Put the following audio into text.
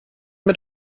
mit